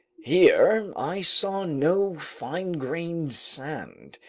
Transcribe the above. here i saw no fine-grained sand,